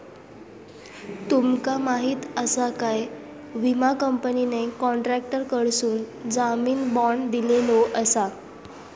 तुमका माहीत आसा काय, विमा कंपनीने कॉन्ट्रॅक्टरकडसून जामीन बाँड दिलेलो आसा